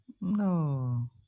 No